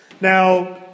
Now